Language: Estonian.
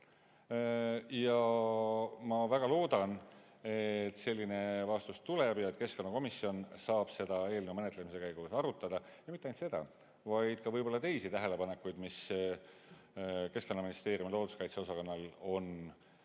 Ma väga loodan, et selline vastus tuleb, ja keskkonnakomisjon saab seda eelnõu menetlemise käigus arutada. Ja mitte ainult seda, vaid võib-olla ka teisi tähelepanekuid, mis Keskkonnaministeeriumi looduskaitse osakonnal on tekkinud.